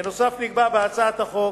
בנוסף, נקבע בהצעת החוק